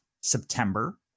September